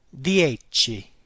Dieci